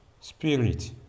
spirit